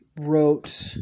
wrote